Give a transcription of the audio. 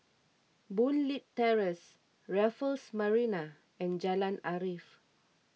Boon Leat Terrace Raffles Marina and Jalan Arif